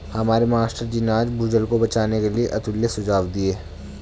हमारे मास्टर जी ने आज भूजल को बचाने के लिए अतुल्य सुझाव दिए